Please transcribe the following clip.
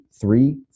three